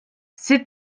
c’est